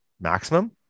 maximum